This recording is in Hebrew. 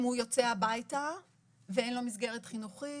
אם הוא יוצא הביתה ואין לו מסגרת חינוכית,